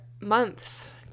months